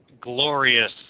glorious